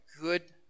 good